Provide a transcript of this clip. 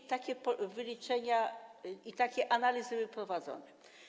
Czy takie wyliczenia i takie analizy były prowadzone?